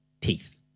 teeth